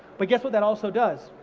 but guess what that also does?